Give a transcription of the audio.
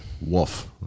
wolf